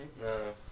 no